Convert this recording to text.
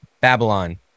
Babylon